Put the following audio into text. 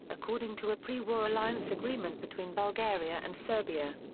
according to a pre-war alliance agreement between bulgaria and serbia.